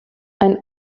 ein